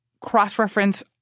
Cross-reference